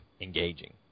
engaging